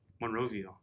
Monrovia